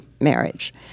marriage